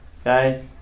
okay